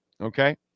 Okay